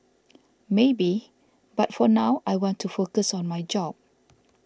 maybe but for now I want to focus on my job